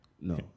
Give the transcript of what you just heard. No